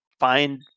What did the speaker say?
find